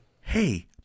Hey